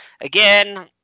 again